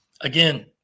again